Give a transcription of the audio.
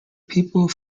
people